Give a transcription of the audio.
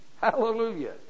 Hallelujah